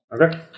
Okay